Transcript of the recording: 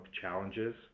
challenges